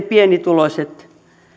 pienituloiset